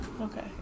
Okay